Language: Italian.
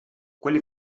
quelle